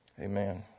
Amen